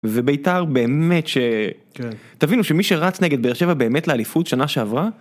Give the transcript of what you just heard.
ובית"ר באמת ש... תבינו שמי שרץ נגד באר שבע באמת לאליפות שנה שעברה.